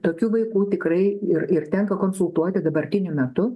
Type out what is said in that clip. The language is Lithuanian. tokių vaikų tikrai ir ir tenka konsultuoti dabartiniu metu